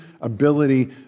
ability